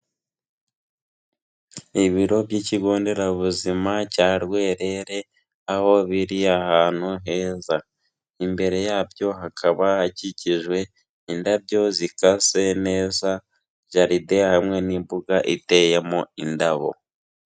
Ibiro by'ikigo nderabuzima cya Rwerere, aho biri ahantu heza, imbere yabyo hakaba hakikijwe indabyo zikase neza, jaride hamwe n'imbuga iteyemo indabo.